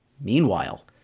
Meanwhile